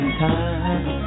time